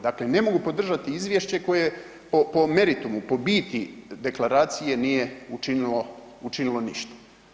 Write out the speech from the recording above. Dakle ne mogu podržati izvješće koje po meritumu, po biti deklaracije nije učinilo ništa.